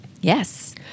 Yes